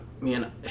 man